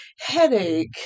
headache